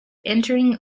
entering